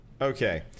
Okay